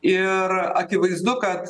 ir akivaizdu kad